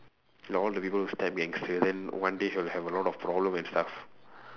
ya all the people who step gangster then one day he'll have a lot of problem and stuff